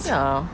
ya